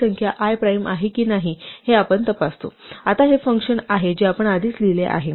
ती संख्या i prime आहे की नाही हे आपण तपासतो आता हे फंक्शन आहे जे आपण आधीच लिहिले आहे